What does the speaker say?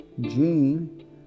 Gene